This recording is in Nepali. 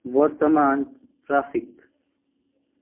वर्तमान ट्राफिक